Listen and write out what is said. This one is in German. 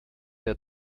der